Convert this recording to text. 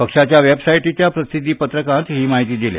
पक्षाच्या वॅबसायटीच्या प्रसिद्धीपत्रकांत ही माहिती द दिल्या